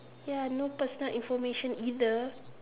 ya no personal information either